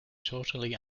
totally